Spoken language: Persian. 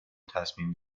تصمیم